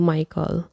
Michael